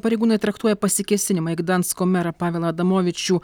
pareigūnai traktuoja pasikėsinimą į gdansko merą pavelo adamovičių